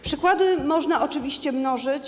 Przykłady można oczywiście mnożyć.